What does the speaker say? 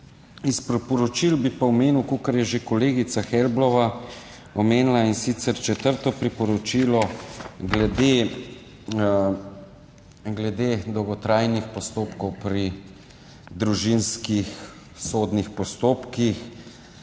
Iz priporočil bi pa omenil, kakor je že kolegica Helbl omenila, in sicer četrto priporočilo, glede dolgotrajnih postopkov pri družinskih sodnih postopkih.